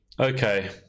Okay